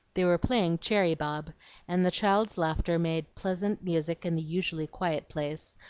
they were playing cherry-bob and the child's laughter made pleasant music in the usually quiet place,